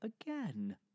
again